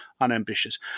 unambitious